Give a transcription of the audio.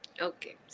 Okay